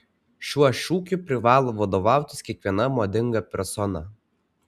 šiuo šūkiu privalo vadovautis kiekviena madinga persona